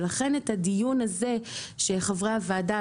לכן את הדיון הזה שחברי הוועדה,